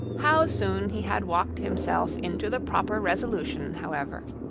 how soon he had walked himself into the proper resolution, however,